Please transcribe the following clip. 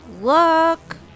look